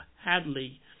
Hadley